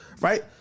right